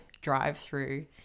drive-through